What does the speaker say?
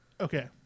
Okay